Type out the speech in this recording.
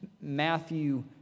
Matthew